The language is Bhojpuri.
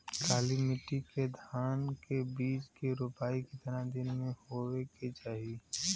काली मिट्टी के धान के बिज के रूपाई कितना दिन मे होवे के चाही?